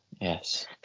yes